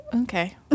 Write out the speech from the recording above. Okay